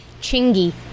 Chingy